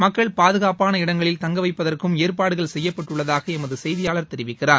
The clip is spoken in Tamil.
மக்கள் பாதுகாப்பான இடங்களில் தங்க வைப்பதற்கும் ஏற்பாடுகள் செய்யப்பட்டுள்ளதாக எமது செய்தியாளர் தெரிவிக்கிறார்